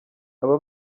aba